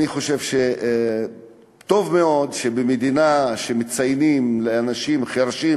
אני חושב שטוב מאוד שמציינים במדינה את היום הזה לאנשים חירשים.